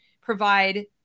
provide